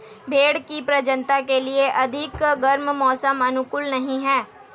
भेंड़ की प्रजननता के लिए अधिक गर्म मौसम अनुकूल नहीं है